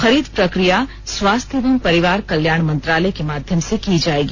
खरीद प्रक्रिया स्वास्थ्य एवं परिवार कल्याण मंत्रालय के माध्यम से की जाएगी